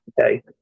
okay